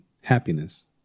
happiness